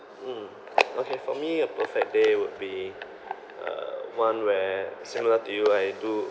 mm okay for me a perfect day would be uh one where similar to you I do